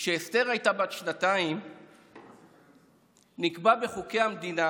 כשאסתר הייתה בת שנתיים נקבע בחוקי המדינה